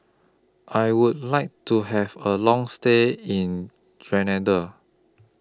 I Would like to Have A Long stay in Grenada